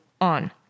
on